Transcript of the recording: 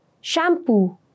Shampoo